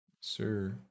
sir